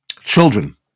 children